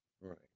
right